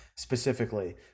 specifically